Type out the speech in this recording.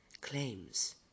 Claims